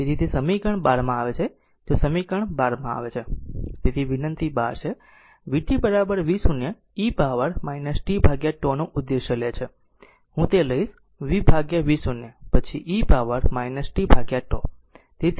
તેથી તે સમીકરણ 12 માં આવે છે જો આ સમીકરણ 12 આવે છે તો આ વિનંતી 12 છે vt v 0 e પાવર પર t τ આ નો ઉદ્દેશ્ય લે છે હું તે લઈશ v v0 પછી e પાવર t τ